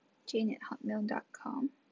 jane at hotmail dot com